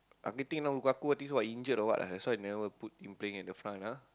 I think what this one injured or what ah that's why never put him playing at the front ah